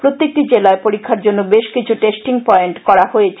প্রত্যেকটি জেলায় পরীক্ষার জন্য বেশ কিছু টেস্টিং পয়েন্ট করা হয়েছে